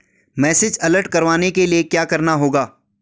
Message alert करवाने के लिए क्या करना होगा?